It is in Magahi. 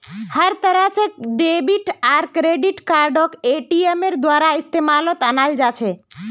हर तरह से डेबिट आर क्रेडिट कार्डक एटीएमेर द्वारा इस्तेमालत अनाल जा छे